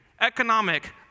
economic